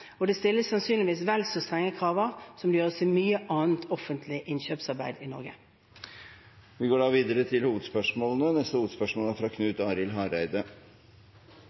Og det stilles sannsynligvis vel så strenge krav som det gjøres i mye annet offentlig innkjøpsarbeid i Norge. Vi går videre til neste hovedspørsmål.